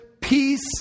peace